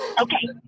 okay